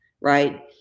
right